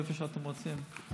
איפה שאתם רוצים.